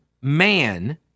man